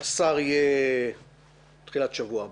השר יהיה בתחילת שבוע הבא.